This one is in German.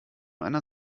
einer